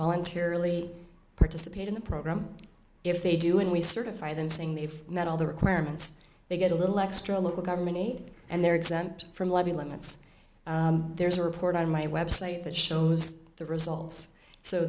voluntarily participate in the program if they do and we certify them saying they've met all the requirements they get a little extra local government aid and they're exempt from lobby limits there's a report on my website that shows the results so